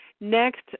next